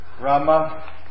Rama